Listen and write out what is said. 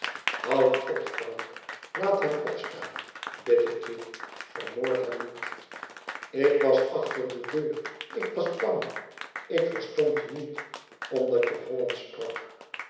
houd op frank laat hem opstaan bid ik je vermoord hem niet ik was achter de deur ik was bang ik verstond je niet omdat je hollandsch sprak